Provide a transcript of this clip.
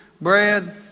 bread